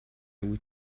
would